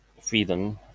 freedom